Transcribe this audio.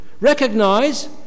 recognize